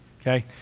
okay